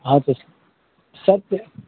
हॅं तऽ सब के